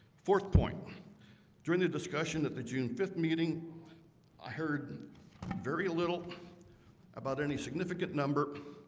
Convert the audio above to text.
fourth point during the discussion at the june fifth meeting i heard very little about any significant number